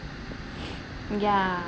ya